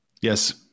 yes